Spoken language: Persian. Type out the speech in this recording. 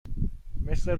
مثل